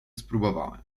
spróbowałem